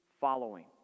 following